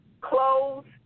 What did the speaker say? clothes